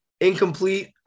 incomplete